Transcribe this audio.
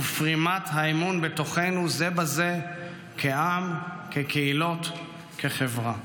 ופרימת האמון בתוכנו זה בזה כעם, כקהילות, כחברה.